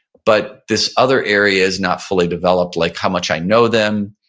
but this other area is not fully developed like how much i know them,